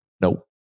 Nope